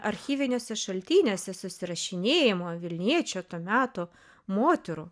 archyviniuose šaltiniuose susirašinėjimo vilniečio to meto moterų